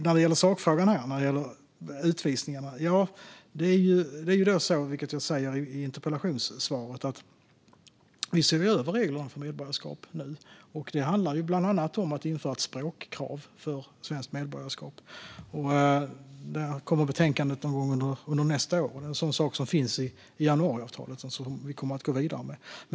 När det gäller sakfrågan, det vill säga utvisningarna, är det alltså så - vilket jag sa i interpellationssvaret - att vi nu ser över reglerna för medborgarskap. Det handlar bland annat om att införa ett språkkrav för svenskt medborgarskap, och det betänkandet kommer någon gång under nästa år. Det är en sådan sak som finns i januariavtalet och som vi kommer att gå vidare med.